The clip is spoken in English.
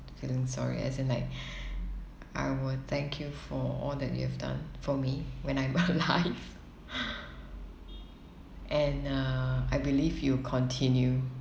feeling sorry as in like I will thank you for all that you have done for me when I'm alive and uh I believe you'll continue